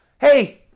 Hey